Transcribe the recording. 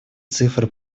цифры